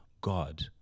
God